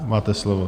Máte slovo.